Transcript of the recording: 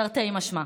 תרתי משמע.